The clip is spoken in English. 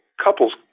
couples